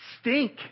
stink